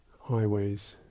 highways